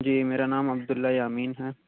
جی میرا نام عبداللہ یامین ہے